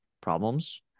problems